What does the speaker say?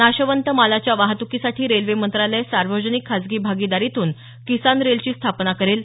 नाशवंत मालाच्या वाहतुकीसाठी रेल्वे मंत्रालय सार्वजनिक खाजगी भागीदारीतून किसान रेलची स्थापना करेल